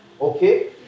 Okay